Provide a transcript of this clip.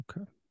okay